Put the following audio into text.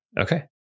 Okay